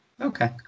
okay